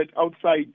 outside